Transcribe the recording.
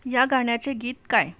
या गाण्याचे गीत काय